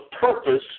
purpose